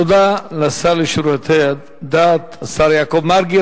תודה לשר לשירותי הדת, השר יעקב מרגי.